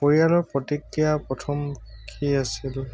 পৰিয়ালৰ প্ৰতিক্ৰিয়া প্ৰথম কি আছিল